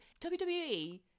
WWE